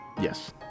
Yes